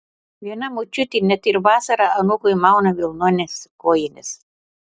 viena močiutė net ir vasarą anūkui mauna vilnones kojines